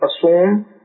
assume